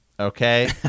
Okay